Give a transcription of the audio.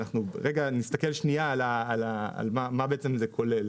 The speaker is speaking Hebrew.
נסתכל מה בעצם זה כולל.